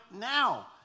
now